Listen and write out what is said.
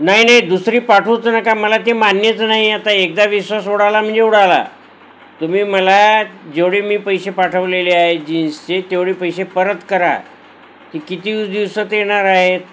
नाही नाही दुसरी पाठवूच नका मला ते मान्यच नाही आता एकदा विश्वास उडाला म्हणजे उडाला तुम्ही मला जेवढे मी पैसे पाठवलेले आहेत जीन्सचे तेवढी पैसे परत करा की किती दिवसात येणार आहेत